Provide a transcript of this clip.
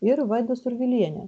ir vaida survilienė